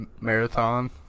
marathon